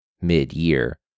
mid-year